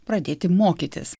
pradėti mokytis